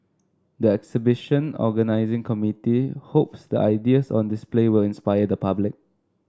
the exhibition organising committee hopes the ideas on display will inspire the public